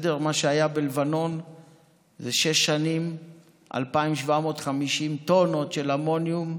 מה שהיה בלבנון זה שש שנים עם 2,750 טונות של אמוניום,